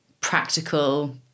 practical